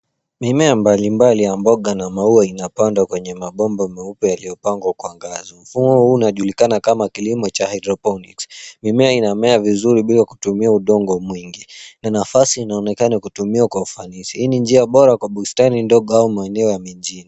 Mimea mbalimbali ya mboga na maua inapandwa kwenye mabomba meupe yaliyopangwa kwa ngazi. Mfumo huu unajulikana kama kilimo cha hydroponics .Mimea inamea vizuri bila kutumia udongo mwingi na nafasi inaonekana kutumiwa kwa ufanisi. Hii ni njia bora katika bustani ndogo au maeneo ya mjini.